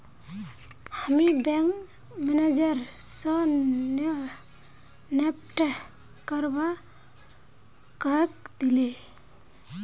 हामी bank manager स NEFT करवा कहइ दिले